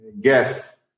guess